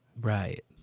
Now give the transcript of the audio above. Right